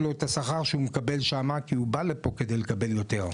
השכר שהוא מקבל שמה, כי הוא בא לפה כדי לקבל יותר.